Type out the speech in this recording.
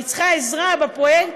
אני צריכה עזרה בפרויקט.